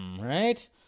right